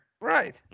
Right